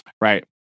Right